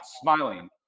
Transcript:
smiling